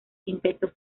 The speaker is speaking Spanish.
quinteto